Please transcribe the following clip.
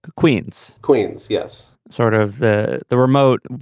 queens. queens? yes, sort of the the remote.